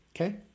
okay